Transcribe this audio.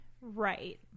Right